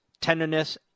tenderness